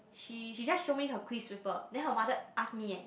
she she just show me her quiz paper then her mother ask me eh